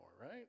right